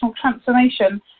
Transformation